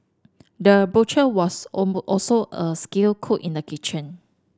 the butcher was also a skilled cook in the kitchen